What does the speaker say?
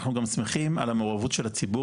אנחנו גם שמחים על המעורבות של הציבור